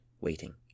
waiting